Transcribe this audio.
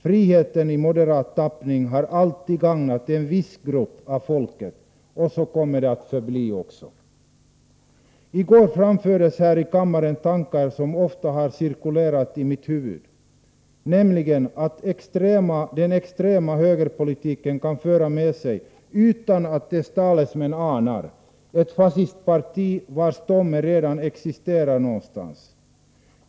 Friheten i moderat tappning har alltid gagnat en viss grupp av folket, och så kommer det att förbli också. I går framfördes här i kammaren tankar som ofta cirkulerat i mitt huvud, nämligen att den extrema högerpolitiken kan föra med sig, utan att dess talesmän anar det, ett fascistparti vars stomme redan existerar någonstans.